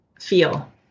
feel